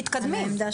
מתקדמים.